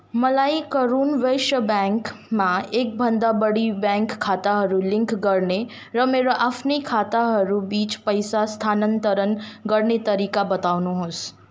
मलाई करुर वैश्य ब्याङ्कमा एकभन्दा बढी ब्याङ्क खाताहरू लिङ्क गर्ने र मेरो आफ्नै खाताहरूबिच पैसा स्थानान्तरण गर्ने तरिका बताउनुहोस्